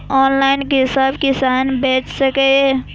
Online कि सब किसान बैच सके ये?